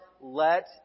Let